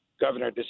Governor